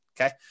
okay